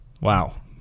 Wow